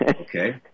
Okay